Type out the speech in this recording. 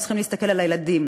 אנחנו צריכים להסתכל על הילדים.